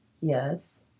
Yes